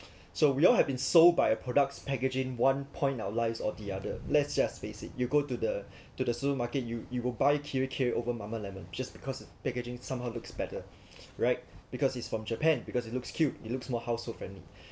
so we all have been sold by a product's packaging one point in our lives or the other let's just basic you go to the to the supermarket you you will buy T_V_K over Mama Lemon just because packaging somehow looks better right because it's from japan because it looks cute it looks more household friendly